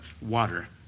water